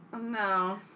No